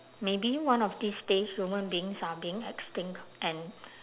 maybe one of these day human beings are being extinct and